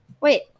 Wait